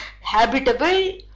habitable